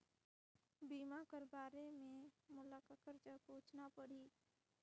बीमा कर बारे मे मोला ककर जग पूछना परही?